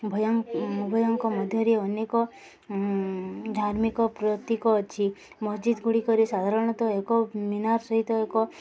ଭୟ ଭୟଙ୍କ ମଧ୍ୟରେ ଅନେକ ଧାର୍ମିକ ପ୍ରତୀକ ଅଛି ମସଜିଦ ଗୁଡ଼ିକରେ ସାଧାରଣତଃ ଏକ ମିନାର ସହିତ ଏକ